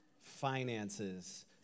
finances